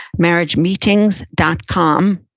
marriagemeetings dot com.